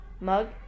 mug